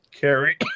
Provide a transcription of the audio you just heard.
carry